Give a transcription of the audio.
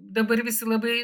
dabar visi labai